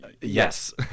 yes